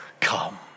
come